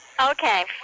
Okay